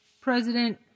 President